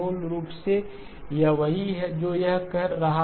मूल रूप से यह वही है जो यह कर रहा है